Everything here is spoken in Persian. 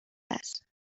است